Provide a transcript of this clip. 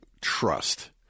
trust